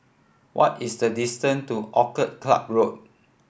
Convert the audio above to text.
what is the distance to Orchid Club Road